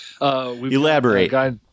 Elaborate